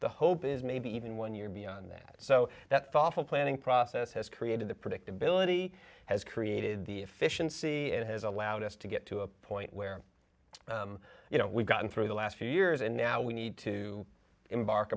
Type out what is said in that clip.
the hope is maybe even one year beyond that so that's awful planning process has created the predictability has created the efficiency and has allowed us to get to a point where you know we've gotten through the last few years and now we need to embark